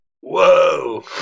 Whoa